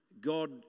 God